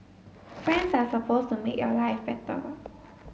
friends are supposed to make your life better